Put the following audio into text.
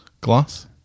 glass